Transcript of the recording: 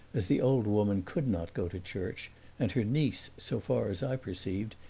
as the old woman could not go to church and her niece, so far as i perceived,